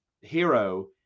hero